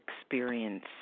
experience